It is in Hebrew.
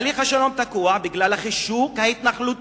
תהליך השלום תקוע בגלל החישוק ההתנחלותי,